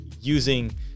using